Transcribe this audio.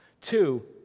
Two